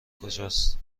کجاست